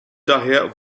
daher